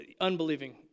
Unbelieving